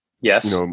Yes